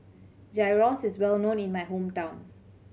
gyros is well known in my hometown